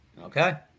Okay